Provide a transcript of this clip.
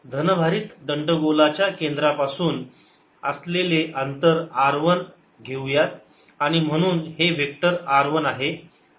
EE1E2 धनभारित दंडगोलाच्या केंद्रापासून पासून असलेले अंतर R 1 असे घेऊयात आणि म्हणून हे व्हेक्टर R 1 आहे